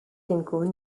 inkun